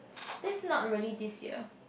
this not a really this year